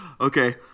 Okay